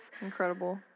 Incredible